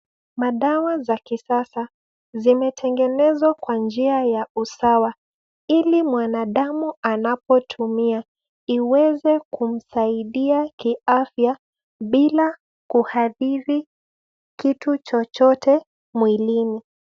Madawa za kisasa zimetengenezwa kwa njia ya usawa ili mwanadamu anapotumia iweze kumsaidia kiafya bila kuadhiri kitu chochote mwilini.